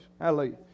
Hallelujah